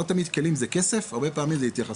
כלים זה לא תמיד כסף, הרבה פעמים זה התייחסות.